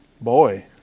Boy